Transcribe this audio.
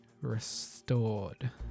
restored